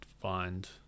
find